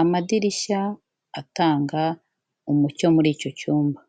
amadirishya atanga umucyo muri icyo cyumba.